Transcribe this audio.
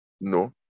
no